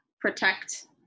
protect